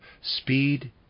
Speed